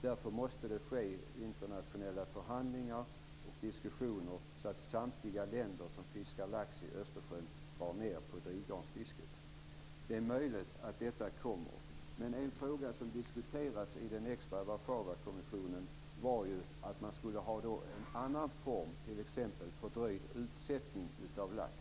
Därför måste det till internationella förhandlingar och diskussioner, så att samtliga länder som fiskar lax i Östersjön drar ned på drivgarnsfisket. Det är möjligt att detta kommer. Men en fråga som diskuterades i den extra Warszawakommissionen var ju att man skulle ha en annan form, t.ex. fördröjd utsättning av lax.